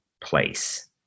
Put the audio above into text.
place